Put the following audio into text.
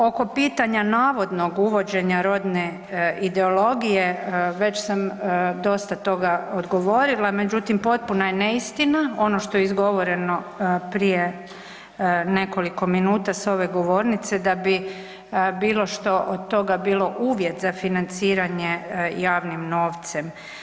Oko pitanja navodnog uvođenja rodne ideologije već sam dosta toga odgovorila, međutim potpuna je neistina ono što je izgovoreno prije nekoliko minuta sa ove govornice da bi bilo što od toga bilo uvjet za financiranje javnim novcem.